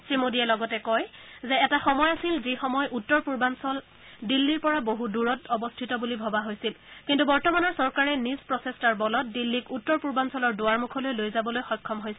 শ্ৰীমোডীয়ে লগতে কয় যে এটা সময় আছিল যি সময় উত্তৰ পূৰ্বাঞ্চল দিল্লীৰ পৰা বহু দূৰত অৱস্থিত বুলি ভবা হৈছিল কিন্তু বৰ্তমানৰ চৰকাৰে নিজ প্ৰচেষ্টাৰ বলত দিল্লীক উত্তৰ পূৰ্বাঞ্চলৰ দুৱাৰমুখলৈ লৈ যাবলৈ সক্ষম হৈছে